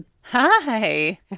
Hi